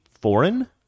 foreign